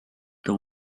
the